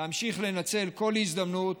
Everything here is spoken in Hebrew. להמשיך לנצל כל הזדמנות